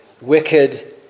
wicked